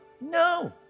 No